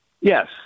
Yes